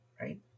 right